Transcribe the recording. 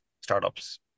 startups